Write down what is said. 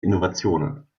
innovationen